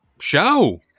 show